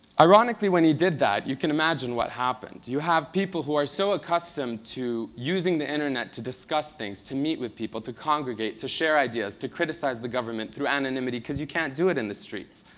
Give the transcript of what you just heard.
ironically, when he did that, you can imagine what happened. you have people who are so accustomed to using the internet to discuss things, to meet with people, to congregate, to share ideas, to criticize the government through anonymity, because you can't do it in the streets.